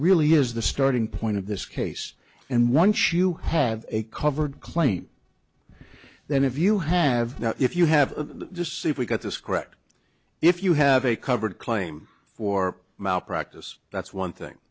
really is the starting point of this case and once you have a covered claim then if you have if you have just see if we got this correct if you have a covered claim for malpractise that's one thing